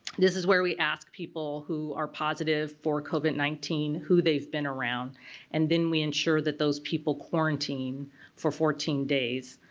this is where we ask people who are positive for covid nineteen who they've been around and then we ensure that those people quarantine for fourteen days